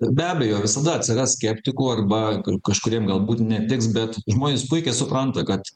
be abejo visada atsiras skeptikų arba kažkuriem galbūt netiks bet žmonės puikiai supranta kad